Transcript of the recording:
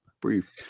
Brief